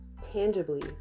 tangibly